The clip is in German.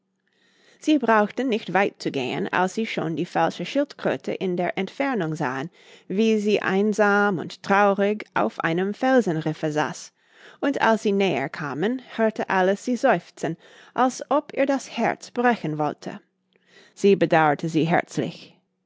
sie brauchten nicht weit zu gehen als sie schon die falsche schildkröte in der entfernung sahen wie sie einsam und traurig auf einem felsenriffe saß und als sie näher kamen hörte alice sie seufzen als ob ihr das herz brechen wollte sie bedauerte sie herzlich